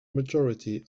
majority